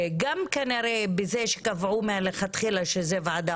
היא אמרה קודם שזו ועדה